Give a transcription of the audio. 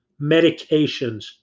medications